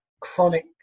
chronic